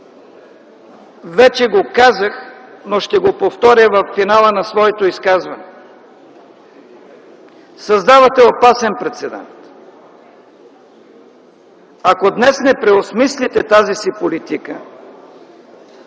вече го казах, но ще го повторя във финала на своето изказване – създавате опасен прецедент. Ако днес не преосмислите тази си политика,